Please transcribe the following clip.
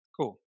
Cool